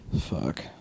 fuck